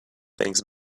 things